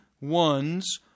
ones